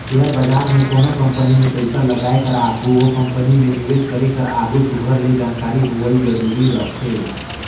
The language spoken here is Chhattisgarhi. सेयर बजार में कोनो कंपनी में पइसा लगाए कर आघु ओ कंपनी में निवेस करे कर आघु सुग्घर ले जानकारी होवई जरूरी रहथे